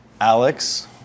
Alex